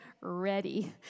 ready